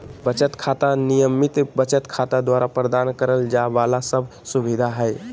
बचत खाता, नियमित बचत खाता द्वारा प्रदान करल जाइ वाला सब सुविधा हइ